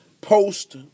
post